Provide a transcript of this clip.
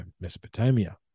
Mesopotamia